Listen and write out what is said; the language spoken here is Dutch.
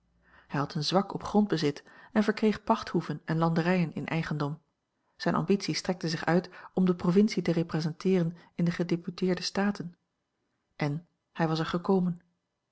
hij had een zwak op grondbezit en verkreeg pachthoeven en landerijen in eigendom zijne ambitie strekte zich uit om de provincie te representeeren in de gedeputeerde staten en hij was er gekomen